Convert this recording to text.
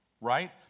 right